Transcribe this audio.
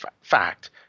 fact